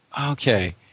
Okay